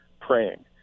praying